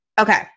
Okay